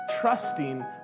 trusting